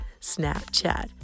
Snapchat